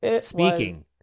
Speaking